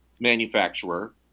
manufacturer